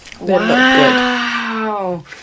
Wow